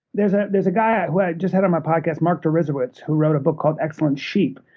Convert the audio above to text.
there's ah there's a guy who i just had on my podcast, mark deresiewicz, who wrote a book called excellent sheep.